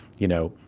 you know,